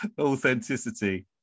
authenticity